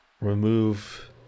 Remove